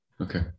okay